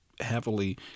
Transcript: heavily